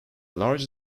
large